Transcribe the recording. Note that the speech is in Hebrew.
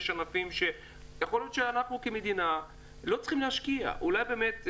יכול להיות שאנחנו כמדינה לא צריכים להשקיע בענפים מסוימים.